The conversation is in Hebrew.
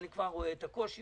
אני כבר רואה את הקושי.